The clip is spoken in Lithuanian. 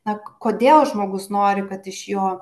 ak kodėl žmogus nori kad iš jo